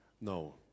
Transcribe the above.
No